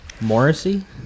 Morrissey